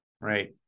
Right